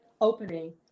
opening